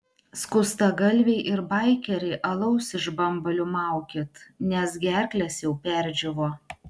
skustagalviai ir baikeriai alaus iš bambalių maukit nes gerklės jau perdžiūvo